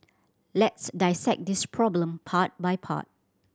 let's dissect this problem part by part